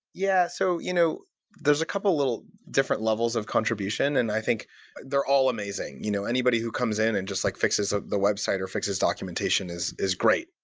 yeah. so you know there's a couple of little different levels of contribution, and i think they're all amazing. you know anybody who comes in and just like fixes ah the website, or fixes documentation, is is great.